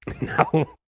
No